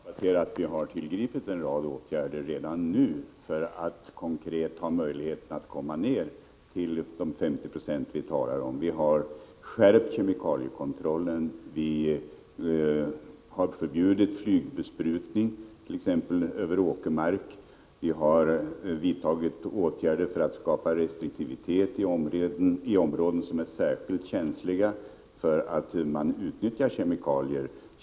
Herr talman! Jag vill bara konstatera att vi redan har tillgripit en rad åtgärder för att konkret ha möjlighet att komma ned till den 50-procentiga användning som Alf Svensson och jag här talar om. Vi har skärpt kemikaliekontrollen. Vi har förbjudit flygbesprutning över t.ex. åkermark. Vi har vidtagit åtgärder för att skapa restriktivitet i områden som ur miljösynpunkt är särskilt känsliga för utnyttjandet av kemikalier.